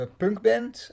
punkband